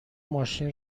ماشین